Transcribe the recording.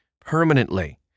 permanently